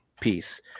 piece